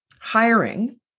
hiring